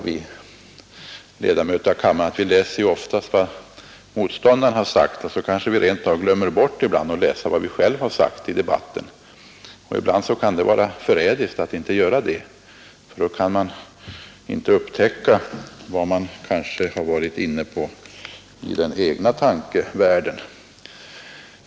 Vi ledamöter i kammaren brukar ju ofta läsa upp vad våra meningsmotståndare har sagt och glömmer bort att läsa vad vi själva har sagt under debatterna, vilket ibland kan vara förrädiskt. Man kanske inte kommer ihåg vilka tankegångar man själv var inne på.